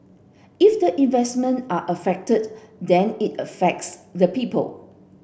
if the investment are affected then it affects the people